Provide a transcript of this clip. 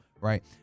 right